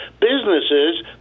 businesses